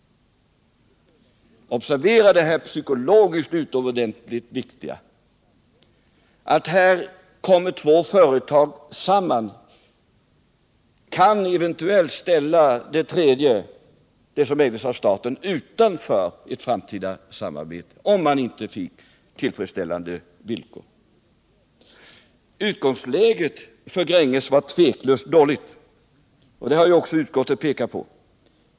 Observera det psykologiskt utomordentligt viktiga att två företag här kommer samman som eventuellt kan ställa det tredje företaget, ägt av staten, utanför ett framtida samarbete om icke tillfredsställande villkor uppställes. Utgångsläget för Gränges var tveklöst dåligt. Det har utskottet också pekat på.